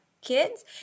kids